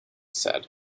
said